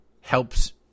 Helps